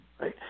right